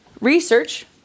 Research